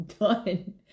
done